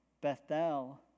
Bethel